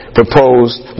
proposed